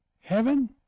heaven